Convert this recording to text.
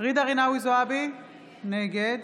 ג'ידא רינאוי זועבי, נגד